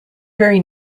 very